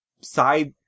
side